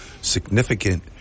significant